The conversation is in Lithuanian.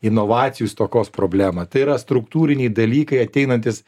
inovacijų stokos problema tai yra struktūriniai dalykai ateinantys